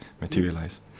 materialize